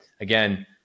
again